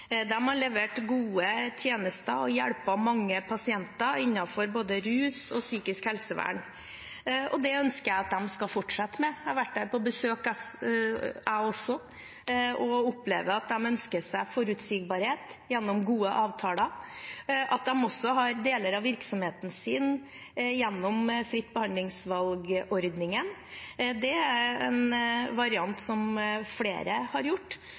gode tjenester og hjulpet mange pasienter innenfor både rus og psykisk helsevern, og det ønsker jeg at de skal fortsette med. Jeg har også vært der på besøk, og jeg opplever at de ønsker forutsigbarhet gjennom gode avtaler. At de også har deler av virksomheten sin gjennom fritt behandlingsvalgordningen, er en variant som flere